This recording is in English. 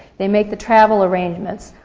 they make the travel arrangements,